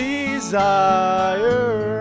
Desire